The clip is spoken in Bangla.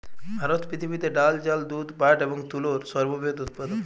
ভারত পৃথিবীতে ডাল, চাল, দুধ, পাট এবং তুলোর সর্ববৃহৎ উৎপাদক